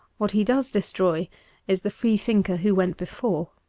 what he does destroy is the freethinker who went before.